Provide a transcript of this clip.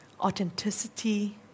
Authenticity